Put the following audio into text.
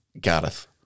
Gareth